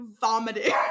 vomiting